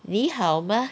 你好吗